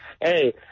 hey